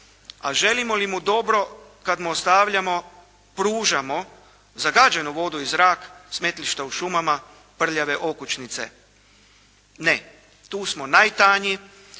a želimo li mu dobro kada mu ostavljamo, pružamo zagađenu vodu i zrak, smetlišta u šumama, prljave okućnice. Ne. Tu smo najtanji